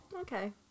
Okay